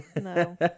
no